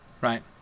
right